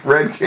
Red